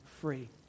free